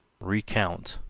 recount,